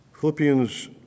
Philippians